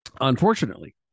Unfortunately